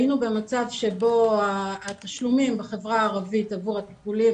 היינו במצב שבו התשלומים בחברה הערבית עבור הטיפולים